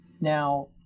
Now